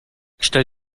stell